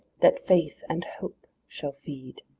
that faith and hope shall feed.